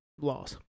loss